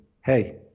Hey